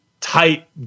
tight